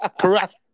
Correct